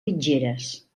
mitgeres